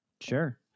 sure